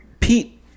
Pete